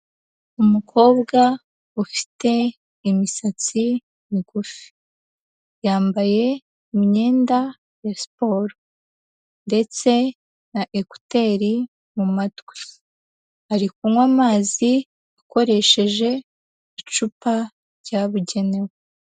Umukobwa ufite imisatsi migufi, yambaye imyenda ya siporo, ndetse na ekuteri mu matwi, ari kunywa amazi akoresheje icupa ryabugenewe.